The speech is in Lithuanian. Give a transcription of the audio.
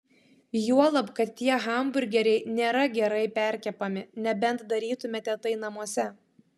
juolab kad tie hamburgeriai nėra gerai perkepami nebent darytumėte tai namuose